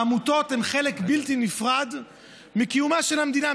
העמותות הן חלק בלתי נפרד מקיומה של המדינה,